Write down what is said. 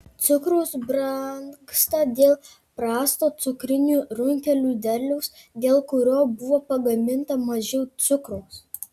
cukrus brangsta dėl prasto cukrinių runkelių derliaus dėl kurio buvo pagaminta mažiau cukraus